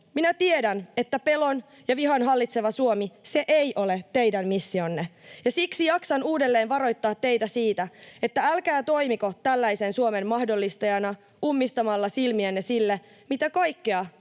minä tiedän, että pelon ja vihan hallitsema Suomi ei ole teidän missionne, ja siksi jaksan uudelleen varoittaa teitä siitä, että älkää toimiko tällaisen Suomen mahdollistajana ummistamalla silmiänne sille, mitä kaikkea